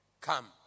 come